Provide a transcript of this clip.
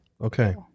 Okay